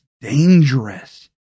dangerous